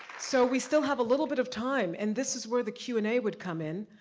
so we still have a little bit of time, and this is where the q and a would come in.